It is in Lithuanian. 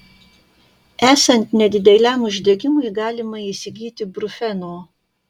esant nedideliam uždegimui galima įsigyti brufeno